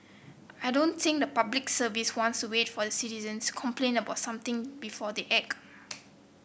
I don't think the Public Service wants to wait for the citizens complain about something before they act